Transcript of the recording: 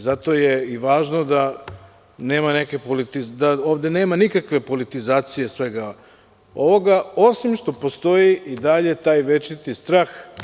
Zato je važno da ovde nema nikakve politizacije svega ovoga, osim što postoji i dalje taj večiti strah.